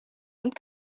und